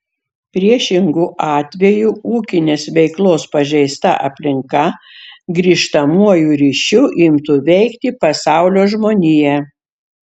priešingu atveju ūkinės veiklos pažeista aplinka grįžtamuoju ryšiu imtų veikti pasaulio žmoniją